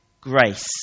grace